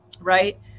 right